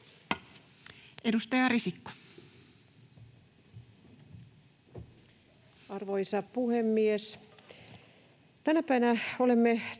Edustaja Risikko. Arvoisa puhemies! Tänä päivänä olemme täällä